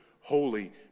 holy